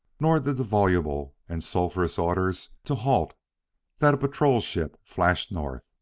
nor did the voluble and sulphurous orders to halt that a patrol-ship flashed north.